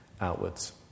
outwards